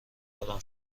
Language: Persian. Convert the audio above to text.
آرام